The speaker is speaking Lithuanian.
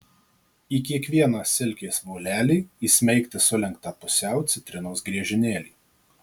į kiekvieną silkės volelį įsmeigti sulenktą pusiau citrinos griežinėlį